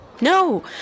No